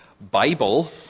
Bible